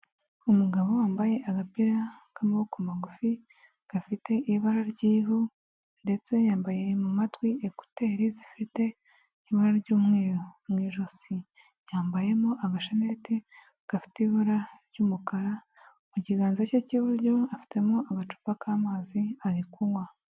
Umugabo wambaye agapira k'amaboko magufi gafite ibara ry'ivu ndetse yambaye mu matwi ekuteri zifite ibara ry'umweru, mu ijosi yambayemo agashaneti gafite ibara ry'umukara, mu kiganza cye cy'iburyo afitemo agacupa k'amazi ari kunywa.